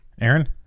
Aaron